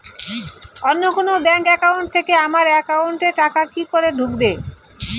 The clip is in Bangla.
অন্য কোনো ব্যাংক একাউন্ট থেকে আমার একাউন্ট এ টাকা কি করে ঢুকবে?